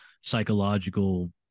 psychological